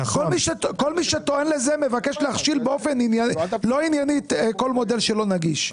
כל מי שטוען לזה מבקש להכשיל באופן לא ענייני כל מודל שלא נגיש.